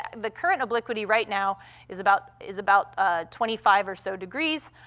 the current obliquity right now is about is about ah twenty five or so degrees,